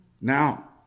Now